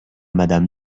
madame